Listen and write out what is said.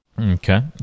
Okay